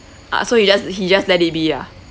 ah so he just he just let it be ah